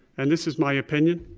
and this is my opinion.